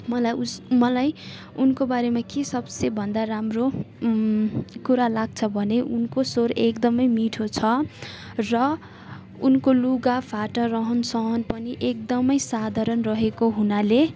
मलाई उस मलाई उनको बारेमा के सबसे भन्दा राम्रो कुरा लाग्छ भने उनको स्वर एकदमै मिठो छ र उनको लुगाफाटा रहनसहन पनि एकदमै साधारण रहेको हुनाले